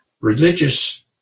religious